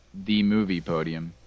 themoviepodium